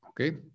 Okay